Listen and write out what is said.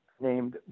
named